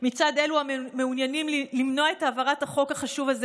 מצד אלו המעוניינים למנוע את העברת החוק החשוב הזה,